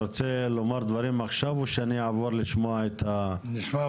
אתה רוצה לומר דברים עכשיו או שאני אעבור לשמוע את הנוכחים?